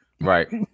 Right